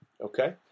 okay